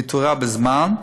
לאיתורה בזמן,